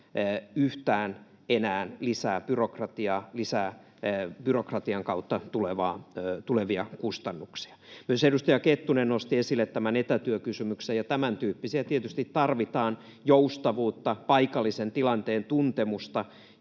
yhtään enää lisää byrokratiaa, lisää byrokratian kautta tulevia kustannuksia. Edustaja Kettunen nosti esille myös etätyökysymyksen, ja tämäntyyppisiä tietysti tarvitaan: joustavuutta, paikallisen tilanteen tuntemusta